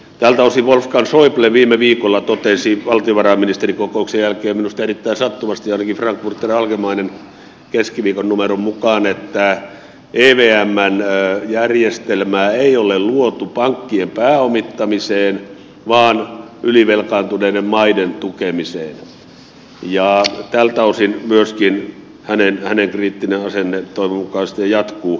tältä osin wolfgang schäuble viime viikolla totesi valtiovarainministerikokouksen jälkeen minusta erittäin sattuvasti ainakin frankfurter allgemeinen keskiviikon numeron mukaan että evmn järjestelmää ei ole luotu pankkien pääomittamiseen vaan ylivelkaantuneiden maiden tukemiseen ja tältä osin myöskin hänen kriittinen asenteensa toivon mukaan sitten jatkuu